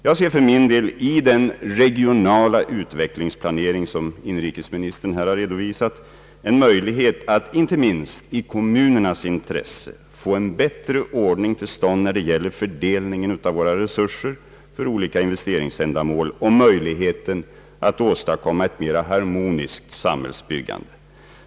Jag ser i den regionala utvecklings planering, som inrikesministern här har redovisat, en möjlighet att — inte minst i kommunernas intresse — få en bättre ordning till stånd när det gäller fördelningen av våra resurser för olika investeringsändamål och möjligheter att åstadkomma ett mera harmoniskt samhällsbyggande.